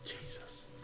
Jesus